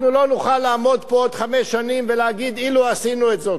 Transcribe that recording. אנחנו לא נוכל לעמוד פה עוד חמש שנים ולהגיד: אילו עשינו את זאת,